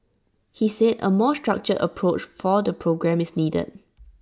he said A more structured approach for the programme is needed